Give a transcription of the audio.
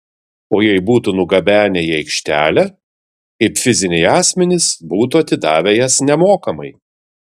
o jei būtų nugabenę į aikštelę kaip fiziniai asmenys būtų atidavę jas nemokamai